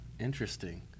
interesting